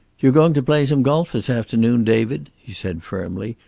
you're going to play some golf this afternoon, david, he said firmly.